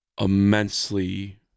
immensely